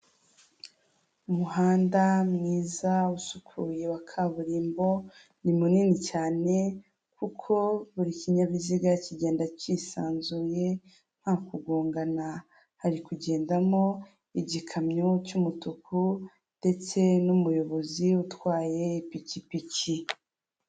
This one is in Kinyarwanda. Umuhanda mwiza usukuye wa kaburimbo ni munini cyane, kuko buri kinyabiziga kigenda cyisanzuye nta kugongana, hari kugendamo igikamyo cy'umutuku ndetse n'umuyobozi utwaye ipikipiki.